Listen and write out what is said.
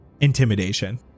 Intimidation